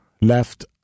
left